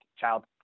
child